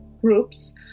groups